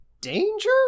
danger